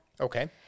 Okay